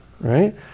right